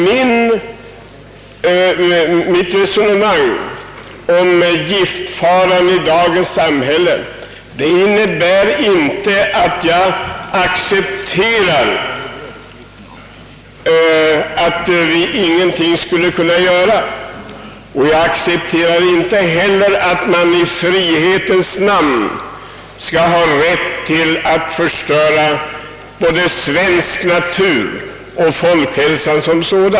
Mitt resonemang om giftfaran i dagens samhälle innebär emellertid inte att jag accepterar tanken att vi ingenting kan göra. Inte heller accepterar jag att man i frihetens namn skall ha rätt att förstöra både naturen och folkhälsan.